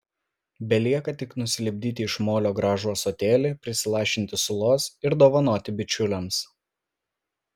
belieka tik nusilipdyti iš molio gražų ąsotėlį prisilašinti sulos ir dovanoti bičiuliams